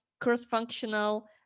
cross-functional